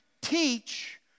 teach